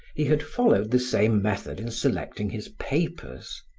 he had followed the same method in selecting his papers.